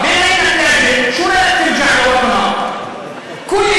מפני שאתה פליט מעיראק, נכון?) אַיוַא.